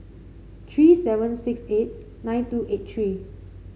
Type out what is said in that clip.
three seven six eight nine two eight three